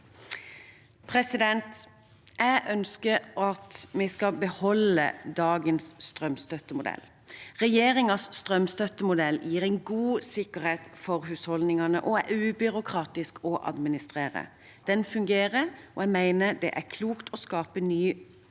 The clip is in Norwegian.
inntekt. Jeg ønsker at vi skal beholde dagens strømstøttemodell. Regjeringens strømstøttemodell gir en god sikkerhet for husholdningene og er ubyråkratisk å administrere. Den fungerer, og jeg mener det er uklokt å skape ny usikkerhet